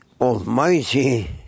Almighty